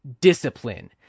Discipline